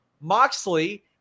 Moxley